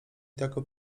taką